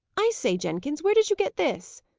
i say, jenkins, where did you get this?